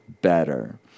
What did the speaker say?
better